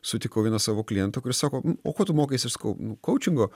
sutikau vieną savo klientą kuris sako o ko tu mokaisi aš sakau koučingo